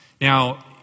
Now